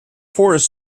forest